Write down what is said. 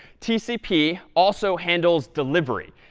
tcp also handles delivery,